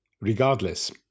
Regardless